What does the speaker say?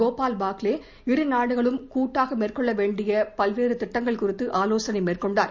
கோபால் பாக்லே இரு நாடுகளும் கூட்டாக மேற்கொள்ள வேண்டிய பல்வேறு திட்டங்கள் குறித்து ஆலோசனை மேற்கொண்டார்